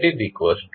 તેથી dxdtAxtBut